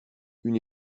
une